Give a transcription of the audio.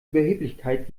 überheblichkeit